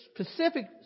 specific